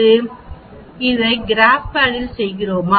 எப்படஇதை கிராப்பேடில் செய்கிறோமா